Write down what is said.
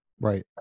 Right